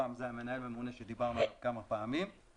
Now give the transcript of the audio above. זה המנהל והממונה עליו דיברנו כבר כמה פעמים.